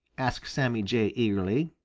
asked sammy jay eagerly.